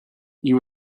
you